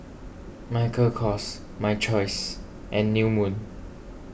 Michael Kors My Choice and New Moon